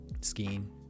Skiing